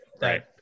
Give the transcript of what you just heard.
Right